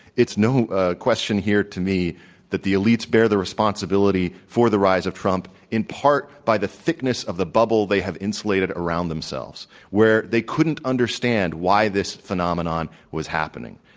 it's no question here to me that the elites bear the responsibility for the rise of trump in part by the thickness of the bubble they have insulated around themselves where they couldn't understand why this phenomenon was happening.